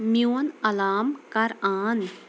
میٛون اَلارٕم کَر آن